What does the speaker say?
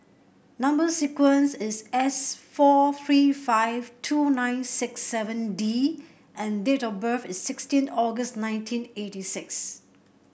number sequence is S four three five two nine six seven D and date of birth is sixteen August nineteen eighty six